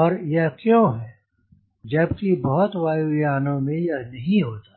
और यह क्यों है जबकि बहुत वायु यानों में यह नहीं होता है